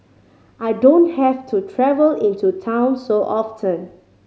I don't have to travel into town so often